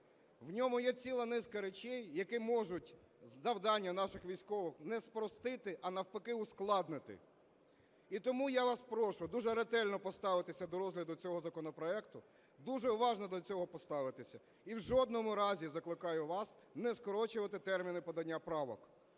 в ньому є ціла низка речей, які можуть завдання наших військових не спростити, а навпаки ускладнити. І тому я вас прошу дуже ретельно поставитися до розгляду цього законопроекту, дуже уважно до цього поставитися, і в жодному разі, закликаю вас, не скорочувати терміни подання правок.